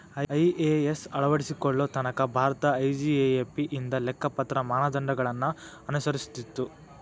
IAS ಅಳವಡಿಸಿಕೊಳ್ಳೊ ತನಕಾ Bharat IGAAP ಇಂದ ಲೆಕ್ಕಪತ್ರ ಮಾನದಂಡಗಳನ್ನ ಅನುಸರಿಸ್ತಿತ್ತು